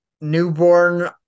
newborn